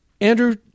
andrew